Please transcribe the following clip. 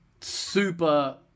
super